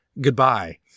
Goodbye